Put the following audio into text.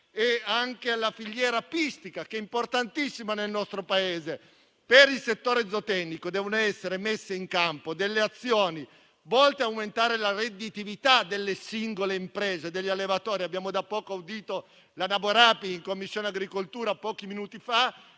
e alla filiera apistica, che è importantissima nel nostro Paese. Per il settore zootecnico devono essere messe in campo azioni volte ad aumentare la redditività delle singole imprese e degli allevatori. Abbiamo da poco audito l'Anaborapi in Commissione agricoltura (pochi minuti fa);